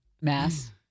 mass